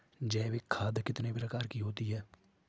जैविक खाद कितने प्रकार की होती हैं?